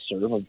serve